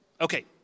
okay